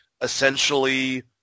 essentially